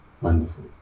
Wonderful